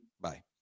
Bye